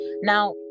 now